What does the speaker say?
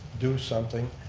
do something,